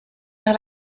vers